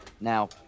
Now